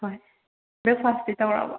ꯍꯣꯏ ꯕ꯭ꯔꯦꯛꯐꯥꯁꯇꯤ ꯇꯧꯔꯛꯑꯕꯣ